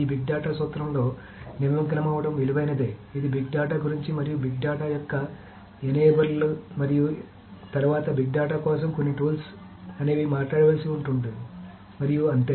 ఈ big data సూత్రంలో నిమగ్నమవ్వడం విలువైనదే ఇది బిగ్ డేటా గురించి మరియు బిగ్ డేటా యొక్క ఎనేబర్లు మరియు తరువాత బిగ్ డేటా కోసం కొన్ని టూల్స్ అనేవి మాట్లాడవలసి ఉంటుంది మరియు అంతే